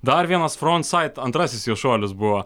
dar vienas front said antrasis jo šuolis buvo